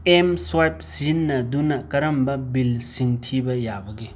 M swipe ꯁꯤꯖꯤꯟꯅꯗꯨꯅ ꯀꯔꯝꯕ ꯕꯤꯜꯁꯤꯡ ꯊꯤꯕ ꯌꯥꯕꯒꯦ